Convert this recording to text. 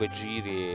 giri